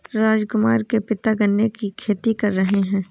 राजकुमार के पिता गन्ने की खेती कर रहे हैं